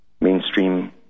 mainstream